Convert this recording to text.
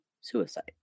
suicide